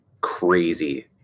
crazy